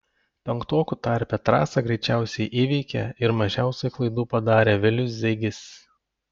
penktokų tarpe trasą greičiausiai įveikė ir mažiausiai klaidų padarė vilius zeigis